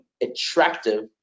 attractive